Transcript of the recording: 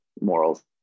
morals